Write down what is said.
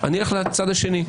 אני אלך לצד השני.